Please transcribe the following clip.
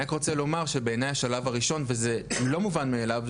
אני רק רוצה לומר שבעיני השלב הראשון וזה לא מובן מאליו,